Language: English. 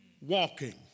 Walking